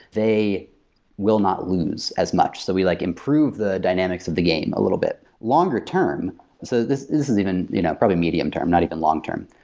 they will not lose as much. so we like improve the dynamics of the game a little bit. longer term so this isn't even you know probably medium-term, not even long-term.